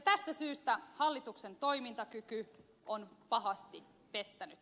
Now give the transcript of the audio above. tästä syystä hallituksen toimintakyky on pahasti pettänyt